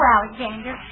Alexander